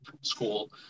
school